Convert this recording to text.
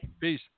Peace